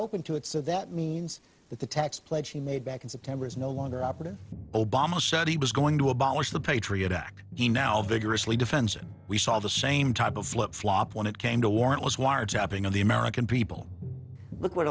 open to it so that means that the tax pledge he made back in september is no longer operative obama said i was going to abolish the patriot act he now vigorously defends we saw the same type of flip flop when it came to warrantless wiretapping of the american people look what